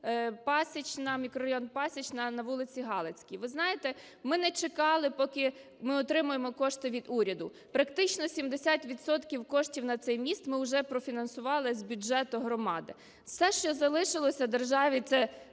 Пасічна, мікрорайон Пасічна на вулиці Галицькій. Ви знаєте, ми не чекали, поки ми отримаємо кошти від уряду. Практично 70 відсотків коштів на цей міст ми уже профінансували з бюджету громади. Все, що залишилося державі, це